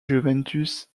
juventus